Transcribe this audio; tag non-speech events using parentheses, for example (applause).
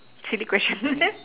silly question (noise)